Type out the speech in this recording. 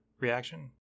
reaction